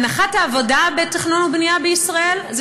הנחת העבודה בתכנון ובנייה בישראל היא